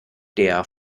der